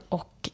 och